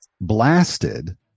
blasted